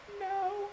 No